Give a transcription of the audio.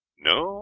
no,